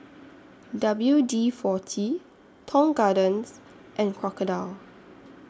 W D forty Tong Garden and Crocodile